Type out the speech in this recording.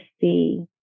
see